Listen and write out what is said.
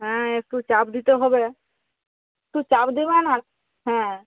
হ্যাঁ একটু চাপ দিতে হবে একটু চাপ দিবেন আর হ্যাঁ